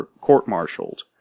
court-martialed